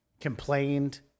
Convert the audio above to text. complained